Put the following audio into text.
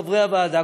חברי הוועדה,